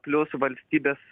plius valstybės